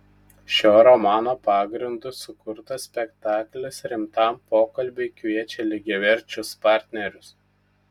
šio romano pagrindu sukurtas spektaklis rimtam pokalbiui kviečia lygiaverčius partnerius